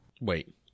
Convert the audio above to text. Wait